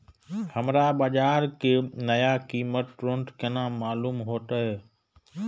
हमरा बाजार के नया कीमत तुरंत केना मालूम होते?